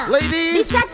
Ladies